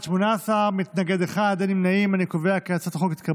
ההצעה להעביר את הצעת חוק לעידוד תעשייה עתירת ידע,